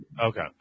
Okay